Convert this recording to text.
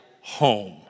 home